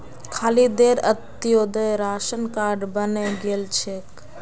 खालिदेर Antyodaya ration card बने गेल छेक